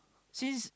since